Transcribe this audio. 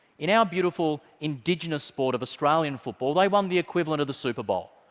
in our beautiful, indigenous sport of australian football, they won the equivalent of the super bowl.